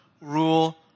rule